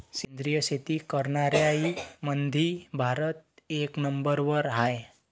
सेंद्रिय शेती करनाऱ्याईमंधी भारत एक नंबरवर हाय